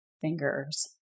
fingers